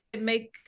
make